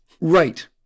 Right